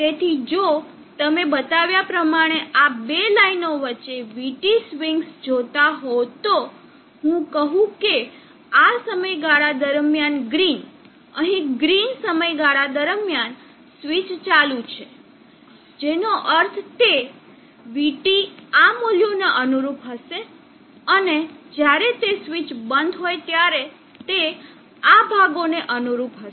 તેથી જો તમે બતાવ્યા પ્રમાણે આ બે લાઇનો વચ્ચે vT સ્વિંગ્સ જોતા હોવ તો હું કહું છું કે આ સમયગાળા દરમિયાન ગ્રીન અહીં ગ્રીન સમયગાળા દરમિયાન સ્વીચ ચાલુ છે જેનો અર્થ તે vT આ મૂલ્યોને અનુરૂપ હશે અને જ્યારે તે સ્વીચ બંધ હોય ત્યારે તે આ ભાગોને અનુરૂપ હશે